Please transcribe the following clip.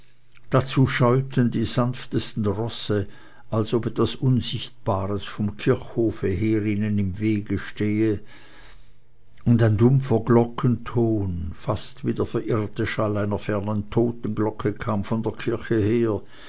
dazu scheuten die sanftesten rosse als ob etwas unsichtbares vom kirchhofe her ihnen im wege stehe und ein dumpfer glockenton fast wie der verirrte schall einer fernen totenglocke kam von der kirche her